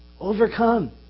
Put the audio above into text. Overcome